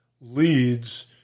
Leads